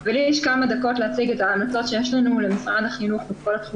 ולי יש כמה דקות להציג את ההמלצות שיש לנו למשרד החינוך בכל התחום